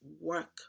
work